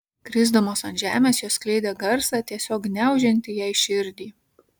krisdamos ant žemės jos skleidė garsą tiesiog gniaužiantį jai širdį